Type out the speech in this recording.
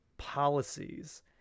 policies